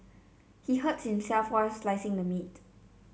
he hurt himself while slicing the meat